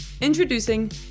introducing